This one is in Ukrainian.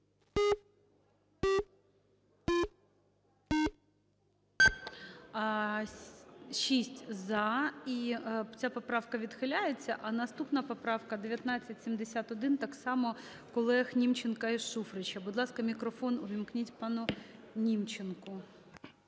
За-6 І ця поправка відхиляється. А наступна поправка 1971, так само колег Німченка і Шуфрича. Будь ласка, мікрофон увімкніть пану Німченку.